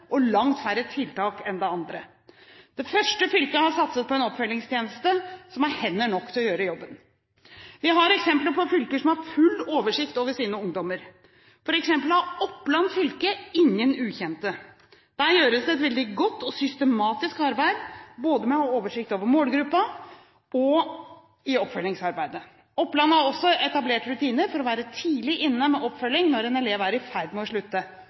og langt færre tiltak enn det andre. Det første fylket har satset på en oppfølgingstjeneste som har hender nok til å gjøre jobben. Vi har eksempler på fylker som har full oversikt over sine ungdommer. For eksempel har Oppland fylke ingen ukjente. Der gjøres det et veldig godt og systematisk arbeid både med å ha oversikt over målgruppen og i oppfølgingsarbeidet. Oppland har også etablert rutiner for å være tidlig inne med oppfølging når en elev er i ferd med å slutte.